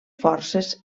forces